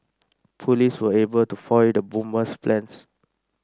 police were able to foil the bomber's plans